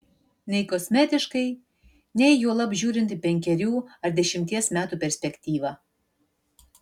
nei kosmetiškai nei juolab žiūrint į penkerių ar dešimties metų perspektyvą